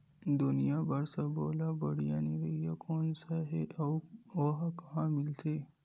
धनिया बर सब्बो ले बढ़िया निरैया कोन सा हे आऊ ओहा कहां मिलथे?